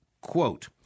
Quote